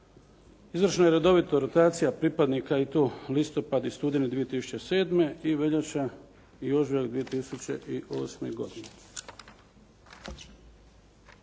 izvršena je redovita rotacija pripadnika i to listopad i studeni 2007. i veljača i ožujak 2008. godine.